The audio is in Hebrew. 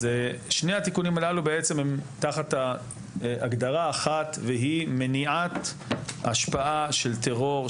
שני התיקונים הללו בעצם הם תחת הגדרה אחת והיא מניעת השפעה של טרור,